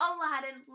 Aladdin